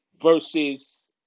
versus